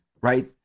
right